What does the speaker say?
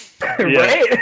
Right